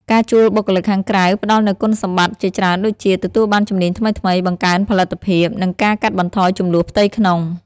ការជួលបុគ្គលិកខាងក្រៅផ្តល់នូវគុណសម្បត្តិជាច្រើនដូចជា ទទួលបានជំនាញថ្មីៗ បង្កើនផលិតភាព និងការកាត់បន្ថយជម្លោះផ្ទៃក្នុង។